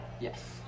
yes